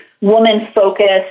woman-focused